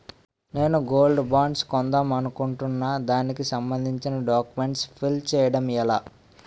నేను gold bonds కొందాం అనుకుంటున్నా దానికి సంబందించిన డాక్యుమెంట్స్ ఫిల్ చేయడం ఎలా?